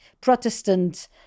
Protestant